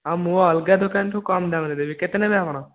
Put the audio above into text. ହଁ ମୁଁ ଅଲଗା ଦୋକାନରୁ କମ ଦାମରେ ଦେବି କେତେ ନେବେ ଆପଣ